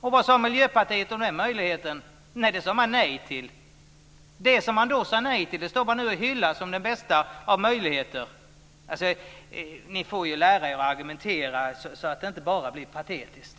Och vad sade Miljöpartiet om den möjligheten? Det sade man nej till. Det som man då sade nej till står man nu och hyllar som den bästa av möjligheter. Ni får ju lära er att argumentera så att det inte bara blir patetiskt.